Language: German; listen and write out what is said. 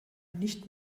nicht